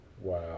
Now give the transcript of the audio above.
Wow